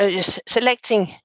selecting